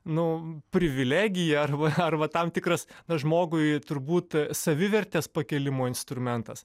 nu privilegija arba arba tam tikras žmogui turbūt savivertės pakėlimo instrumentas